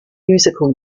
musical